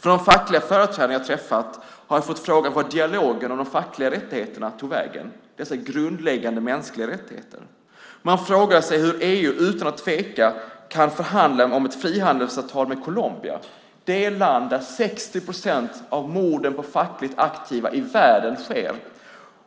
Från de fackliga företrädare jag har träffat har jag fått frågor om vart dialogen om de fackliga rättigheterna tog vägen - dessa grundläggande mänskliga rättigheter. Man frågar hur EU utan att tveka kan förhandla om ett frihandelsavtal med Colombia - det land där 60 procent av morden på fackligt aktiva i världen sker